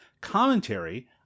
commentary